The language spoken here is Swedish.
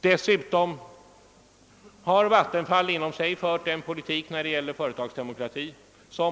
Dessutom har Vattenfall fört en föredömlig politik när det gäller förTetagsdemokrati.